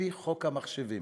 על-פי חוק המחשבים.